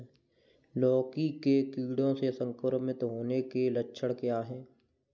लौकी के कीड़ों से संक्रमित होने के लक्षण क्या हैं?